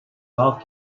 golf